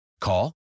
Call